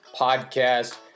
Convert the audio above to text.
podcast